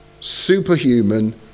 Superhuman